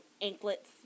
anklets